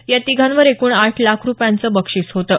या तिघांवर एकूण आठ लाख रुपयांचं बक्षिस होतं